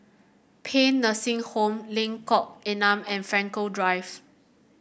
Paean Nursing Home Lengkok Enam and Frankel Drive